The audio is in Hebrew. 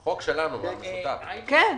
כן,